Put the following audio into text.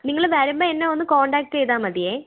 നിങ്ങൾ വരുമ്പോൾ എന്നെയൊന്നു കോൺടാക്ട് ചെയ്താൽ മതിയേ